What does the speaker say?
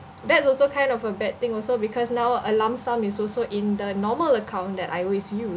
that's also kind of a bad thing also because now a lump sum is also in the normal account that I always use